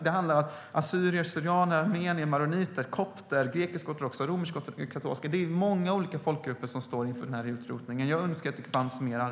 Det handlar om assyrier, syrianer, armenier, maroniter, kopter, grekisk-ortodoxa, romersk-katolska. Det är många olika folkgrupper som står inför utrotning. Jag önskar att det gjordes mer.